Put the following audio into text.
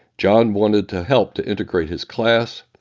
john wanted to help to integrate his class.